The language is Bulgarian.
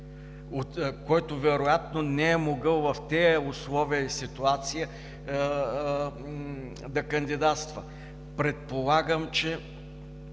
който вероятно не е могъл в тези условия и ситуация да кандидатства. Предполагам, че